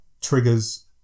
triggers